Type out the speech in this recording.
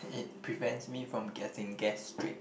and it prevents me from getting gastric